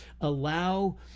allow